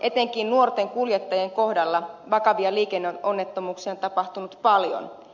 etenkin nuorten kuljettajien kohdalla vakavia liikenneonnettomuuksia on tapahtunut paljon